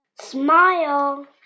Smile